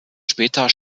später